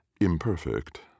imperfect